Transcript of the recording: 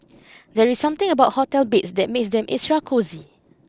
there is something about hotel beds that makes them extra cosy